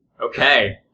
okay